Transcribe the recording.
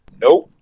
Nope